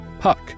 puck